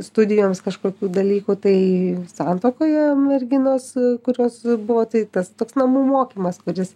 studijoms kažkokių dalykų tai santuokoje merginos kurios buvo tai tas toks namų mokymas kuris